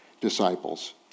disciples